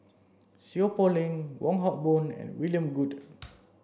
Seow Poh Leng Wong Hock Boon and William Goode